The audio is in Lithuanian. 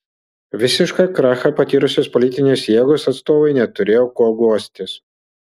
visišką krachą patyrusios politinės jėgos atstovai neturėjo kuo guostis